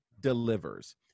delivers